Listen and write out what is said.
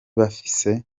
bafise